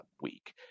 week